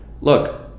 Look